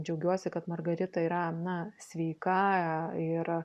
džiaugiuosi kad margarita yra na sveika ir